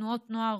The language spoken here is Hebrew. תנועת נוער,